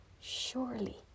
surely